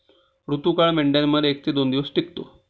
ऋतुकाळ मेंढ्यांमध्ये एक ते दोन दिवस टिकतो